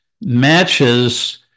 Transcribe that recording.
matches